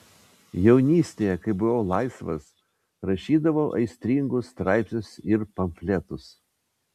jaunystėje kai buvau laisvas rašydavau aistringus straipsnius ir pamfletus